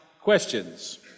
questions